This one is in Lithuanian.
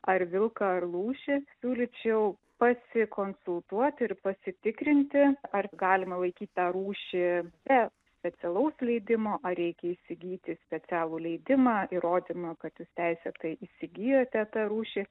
ar vilką ar lūšį siūlyčiau pasikonsultuoti ir pasitikrinti ar galima laikyt tą rūšį be specialaus leidimo ar reikia įsigyti specialų leidimą įrodymą kad jūs teisėtai įsigijote tą rūšį